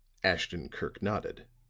ashton-kirk nodded.